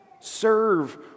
serve